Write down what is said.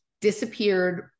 disappeared